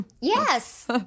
yes